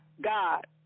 God